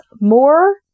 more